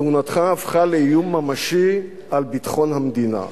כהונתך הפכה לאיום ממשי על ביטחון המדינה.